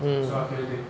mm